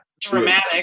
Dramatic